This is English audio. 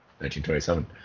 1927